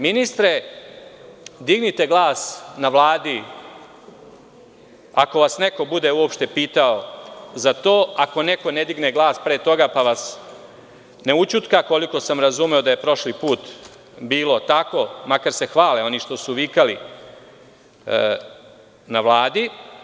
Ministre, dignite glas na Vladi, ako vas neko uopšte bude pitao za to, ako neko ne digne glas pre toga, pa vas ne ućutka, koliko sam razumeo, prošli put je bilo tako, makar se hvale oni što su vikali na Vladi.